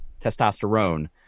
testosterone